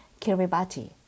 Kiribati